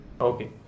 Okay